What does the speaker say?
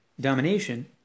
domination